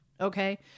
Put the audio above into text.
Okay